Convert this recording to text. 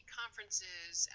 conferences